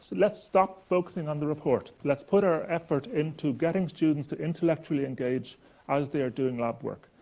so let's stop focusing on the report. let's put our effort into getting students to intellectually engage as they are doing lab work.